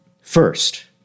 First